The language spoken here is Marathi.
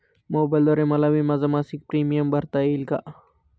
मोबाईलद्वारे मला विम्याचा मासिक प्रीमियम भरता येईल का?